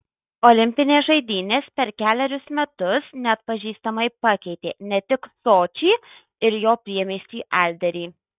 olimpinės žaidynės per kelerius metus neatpažįstamai pakeitė ne tik sočį ir jo priemiestį adlerį